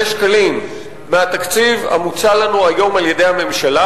שקלים מהתקציב המוצע לנו היום על-ידי הממשלה,